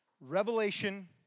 revelation